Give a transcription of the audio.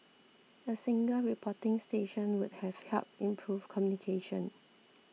a single reporting station would have helped improve communication